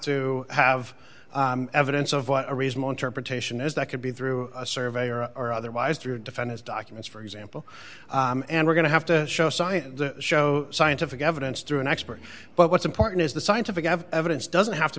to have evidence of what a reasonable interpretation is that could be through a surveyor or otherwise through defend his documents for example and we're going to have to show science and show scientific evidence through an expert but what's important is the scientific evidence doesn't have to